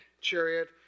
chariot